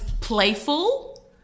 Playful